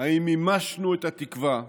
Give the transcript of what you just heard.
אם מימשנו את התקווה,